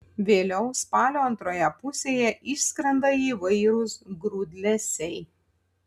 vėliau spalio antroje pusėje išskrenda įvairūs grūdlesiai